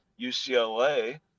UCLA